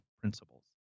principles